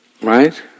right